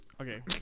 Okay